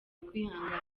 kwihangana